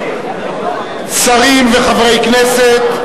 שרים וחברי כנסת,